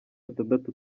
atandatu